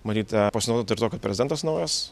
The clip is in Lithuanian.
matyt pasinaudota ir tuo kad prezidentas naujas